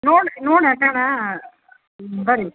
ನೋಡಿ ನೋಟಿ ಹಾಕೋಣ ಬರ್ರಿ